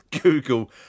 Google